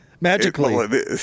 magically